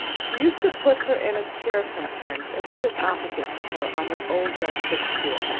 she used to put her in a chair sometimes and sit opposite to her on the old red footstool,